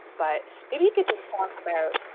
but maybe you could just talk about